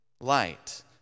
light